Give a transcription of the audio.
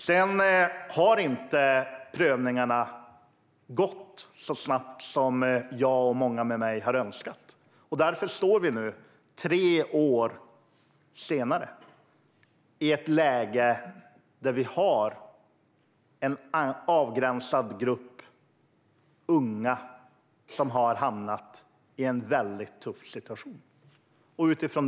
Prövningarna har tyvärr inte gått så snabbt som jag och många med mig hade önskat. Därför står vi nu här tre år senare i ett läge med en avgränsad grupp unga som har hamnat i en väldigt tuff situation.